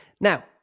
Now